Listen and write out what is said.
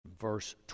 Verse